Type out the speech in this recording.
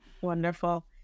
Wonderful